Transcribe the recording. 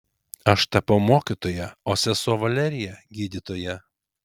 aš tapau mokytoja o sesuo valerija gydytoja